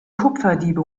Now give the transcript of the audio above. kupferdiebe